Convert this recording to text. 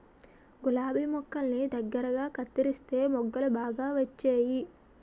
గులాబి మొక్కల్ని దగ్గరగా కత్తెరిస్తే మొగ్గలు బాగా వచ్చేయి